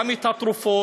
גם את התרופות,